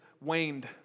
waned